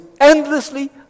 endlessly